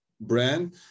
brand